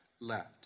left